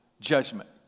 judgment